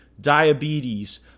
diabetes